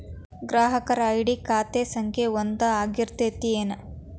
ಗ್ರಾಹಕರ ಐ.ಡಿ ಖಾತೆ ಸಂಖ್ಯೆ ಒಂದ ಆಗಿರ್ತತಿ ಏನ